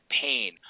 pain